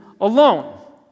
alone